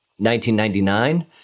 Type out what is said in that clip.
1999